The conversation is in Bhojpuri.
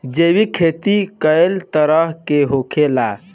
जैविक खेती कए तरह के होखेला?